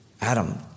Adam